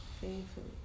Faithfully